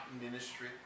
ministry